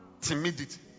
Timidity